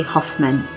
Hoffman